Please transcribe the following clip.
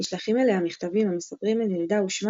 נשלחים אליה מכתבים המספרים על ילדה ושמה